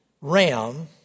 ram